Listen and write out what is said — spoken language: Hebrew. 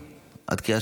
נתקבלו.